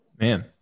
Man